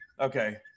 Okay